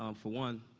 um for one,